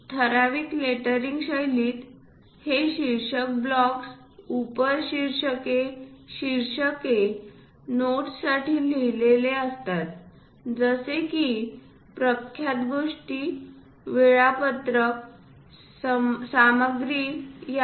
ठराविक लेटरिंग शैलीतील हे शीर्षक ब्लॉक्स उपशीर्षके शीर्षके नोट्ससाठी लिहिलेले असतात जसे की प्रख्यात गोष्टी वेळापत्रक सामग्री याद्या